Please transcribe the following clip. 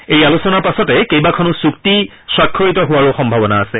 এই আলোচনাৰ পাছতে কেইবাখনো চুক্তি স্বাক্ষৰিত হোৱাৰো সম্ভাৱনা আছে